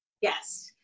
Yes